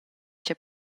tgei